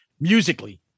musically